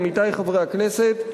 עמיתי חברי הכנסת,